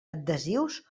adhesius